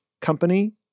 company